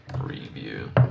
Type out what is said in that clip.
review